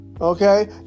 Okay